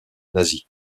nazie